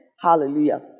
Hallelujah